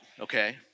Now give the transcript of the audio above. okay